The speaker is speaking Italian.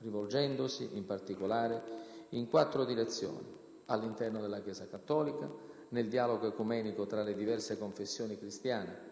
rivolgendosi, in particolare, in quattro direzioni: all'interno della Chiesa cattolica, nel dialogo ecumenico tra le diverse confessioni cristiane,